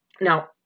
Now